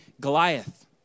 Goliath